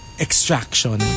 extraction